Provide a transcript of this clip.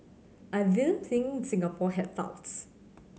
I didn't think Singapore had touts